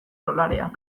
dolarean